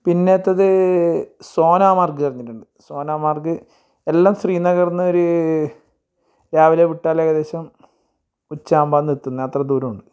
പിന്നത്തേത് സോനാ മർഗ്ഗെറിഞ്ഞിട്ടുണ്ട് സോനാ മർഗ്ഗ് എല്ലാ ശ്രീനഗർന്ന് ഒരു രാവിലെ വിട്ടാലേകദേശം ഉച്ചയാകുമ്പോൾ അങ്ങെത്തുന്ന അത്ര ദൂരമുണ്ട്